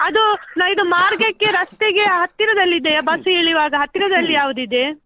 ಅದು ನ ಇದು ಮಾರ್ಗಕ್ಕೆ ರಸ್ತೆಗೆ ಹತ್ತಿರದಲ್ಲಿ ಇದೆಯಾ ಬಸ್ ಇಳಿಯುವಾಗ ಹತ್ತಿರದಲ್ಲಿ ಯಾವ್ದು ಇದೆ